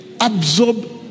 absorb